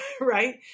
Right